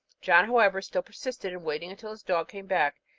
john, however, still persisted in waiting until his dog came back,